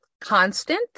Constant